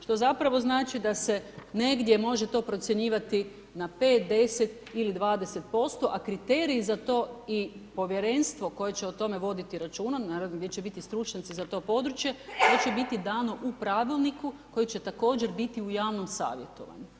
Što zapravo znači da se negdje može to procjenjivati na 5-10 ili 20% a kriteriji za to i povjerenstvo koje će o tome voditi računa, naravno gdje će biti stručnjaci za to područje, to će biti dano u pravilniku koji će također biti u javnom savjetovanju.